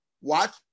watch